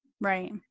Right